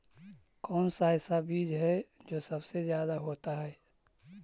कौन सा ऐसा बीज है जो सबसे ज्यादा होता है?